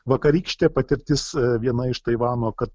vakarykštė patirtis viena iš taivano kad